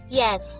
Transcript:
yes